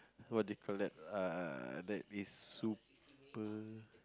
what do you called that uh that is super